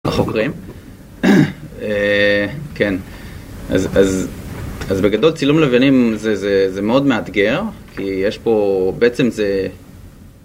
החוקרים, כן, אז בגדול צילום לבנים זה מאוד מאתגר כי יש פה בעצם זה